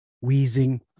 wheezing